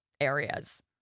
areas